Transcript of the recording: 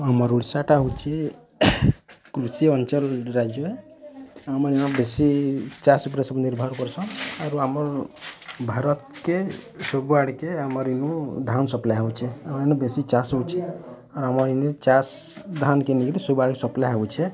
ଆମର୍ ଉଡ଼ିଶାଟା ହଉଛି କୃଷିଅଞ୍ଚଳ ରାଜ୍ୟ ଆମର୍ ବେଶୀ ଚାଷ୍ ବାସ୍ ଉପରେ ନିର୍ଭର୍ କରୁସନ୍ ଭାରତ୍କେ ସବୁଆଡ଼କେ ଆମର୍ ଇନୁ ଧାନ୍ ସପ୍ଲାଏ ହେଉଛେ